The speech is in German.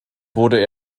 wurde